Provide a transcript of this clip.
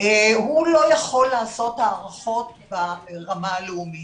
הוא לא יכול לעשות הערכות ברמה הלאומית.